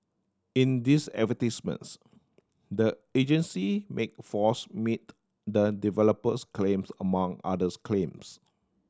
in these advertisements the agency make false meet the developers claims among others claims